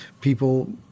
people